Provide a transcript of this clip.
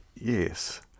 Yes